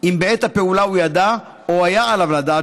אם בעת הפעולה הוא ידע או היה עליו לדעת